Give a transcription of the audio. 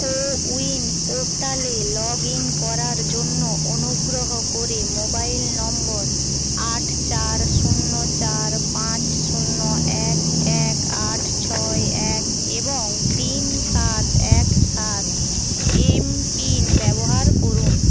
CoWIN পোর্টালে log in করার জন্য অনুগ্রহ করে মোবাইল নম্বর আট চার শূন্য চার পাঁচ শূন্য এক এক আট ছয় এক এবং তিন সাত এক সাত এমপিন ব্যবহার করুন